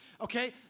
Okay